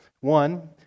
One